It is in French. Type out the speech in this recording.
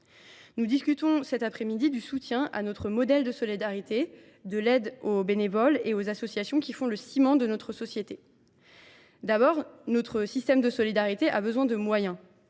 Nous discutons cet après midi du soutien à notre modèle de solidarité, de l’aide aux bénévoles et aux associations qui font le ciment de notre société. Notre système de solidarité a d’abord besoin de moyens.